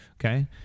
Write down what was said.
Okay